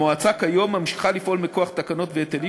המועצה ממשיכה כיום לפעול מכוח תקנות והיטלים,